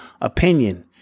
opinion